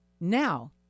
now